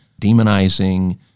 demonizing